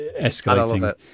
escalating